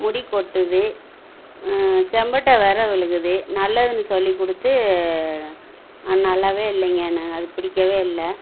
முடி கொட்டுது செம்பட்டை வேறு விழுகுது நல்லதுனு சொல்லிக்கொடுத்து நல்லாவே இல்லைங்க அது பிடிக்கவே இல்லை